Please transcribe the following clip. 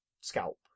scalp